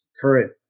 current